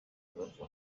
rubavu